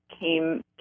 came